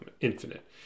infinite